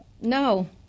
no